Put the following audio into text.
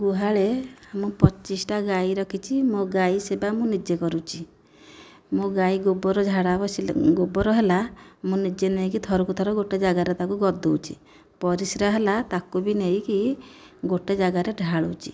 ଗୁହାଳେ ମୁଁ ପଚିଶଟା ଗାଈ ରଖିଛି ମୋ ଗାଈ ସେବା ମୁଁ ନିଜେ କରୁଛି ମୋ ଗାଈ ଗୋବର ଝାଡ଼ା ବସିଲେ ଗୋବର ହେଲା ମୁଁ ନିଜେ ନେଇକି ଥରକୁ ଥର ଗୋଟିଏ ଜାଗାରେ ତାକୁ ଗଦାଉଛି ପରିସ୍ରା ହେଲା ତାକୁ ବି ନେଇକି ଗୋଟିଏ ଜାଗାରେ ଢାଳୁଛି